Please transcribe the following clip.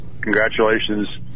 Congratulations